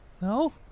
No